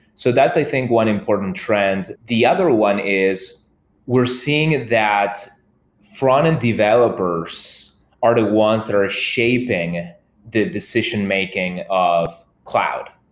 so that's i think one important trend. the other one is we're seeing that frontend developers are the ones that are shaping decision making of cloud.